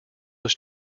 was